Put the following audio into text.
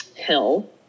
hill